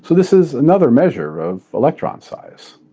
so this is another measure of electron size.